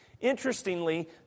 Interestingly